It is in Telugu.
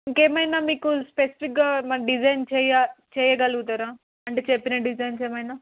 ఇంకా ఏమైనా మీకు స్పెసిఫిక్గా మాకు డిజైన్ చేయ్య చేయగలుగుతారా అంటే చెప్పిన డిజైన్స్ ఏమైనా